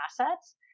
assets